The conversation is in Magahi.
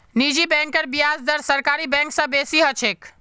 निजी बैंकेर ब्याज दर सरकारी बैंक स बेसी ह छेक